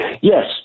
Yes